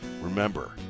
Remember